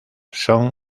son